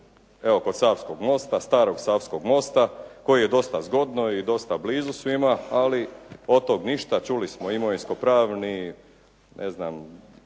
evo kod Savskog mosta, starog Savskog mosta koji je dosta zgodno i dosta blizu svima, ali od tog ništa, čuli smo, imovinsko-pravni, previše